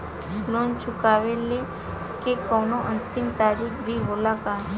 Loan चुकवले के कौनो अंतिम तारीख भी होला का?